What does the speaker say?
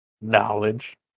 Knowledge